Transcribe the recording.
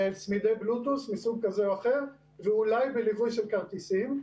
צמידי בלוטות' מסוג כזה או אחר ואולי בליווי של כרטיסים,